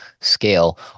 scale